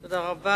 תודה.